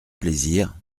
plaisir